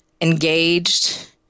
engaged